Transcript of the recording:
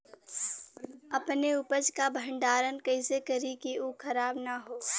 अपने उपज क भंडारन कइसे करीं कि उ खराब न हो?